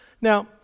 Now